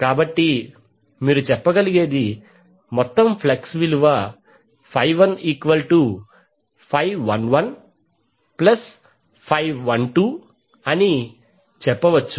కాబట్టి మీరు చెప్పగలిగేది మొత్తం ఫ్లక్స్ విలువ 11112 అని చెప్పవచ్చు